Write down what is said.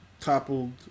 toppled